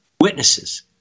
witnesses